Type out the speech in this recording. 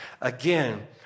Again